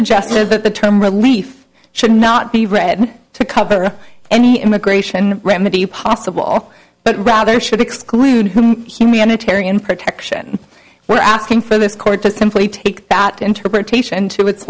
that the term relief should not be read to cover any immigration remedy possible but rather should exclude humanitarian protection we're asking for this court to simply take that interpretation to it